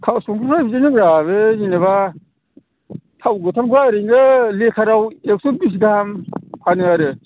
थाव संख्रिा बिदिनोब्रा बै जेनेबा थाव गोथांफ्रा ओरैनो लिटाराव एग्स' बिस गाहाम फानो आरो